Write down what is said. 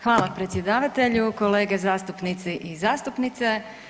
Hvala predsjedavatelju, kolege zastupnici i zastupnice.